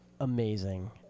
amazing